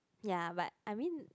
ya but I mean